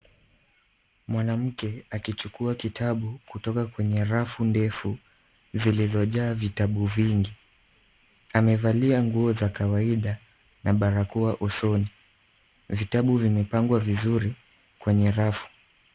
Mwanamke akichukua kitabu kutoka kwenye rafu ndefu zilizojaa vitabu vingi. Amevalia nguo za kawaida na barakoa usoni. Vitabu vimepangwa vizuri kwenye rafu.